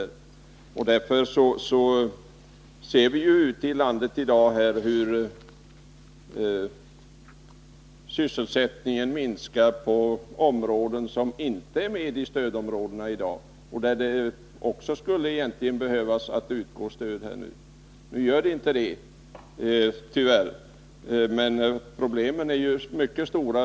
Därför ser vi hur sysselsättningen minskar i de delar av landet som i dag inte tillhör stödområdet men som också skulle behöva stöd. Nu utgår tyvärr inte något stöd. Problemen är emellertid mycket stora.